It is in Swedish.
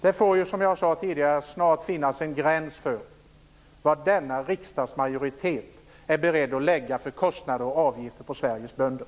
Det får som jag sade tidigare snart finnas en gräns för vad denna riksdagsmajoritet är beredd att lägga för kostnader och avgifter på Sveriges bönder.